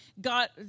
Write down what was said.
got